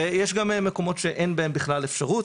ויש מקומות שאין בהם בכלל אפשרות,